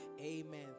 Amen